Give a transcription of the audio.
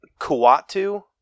Kuatu